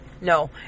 No